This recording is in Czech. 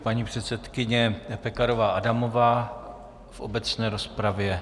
Paní předsedkyně Pekarová Adamová v obecné rozpravě.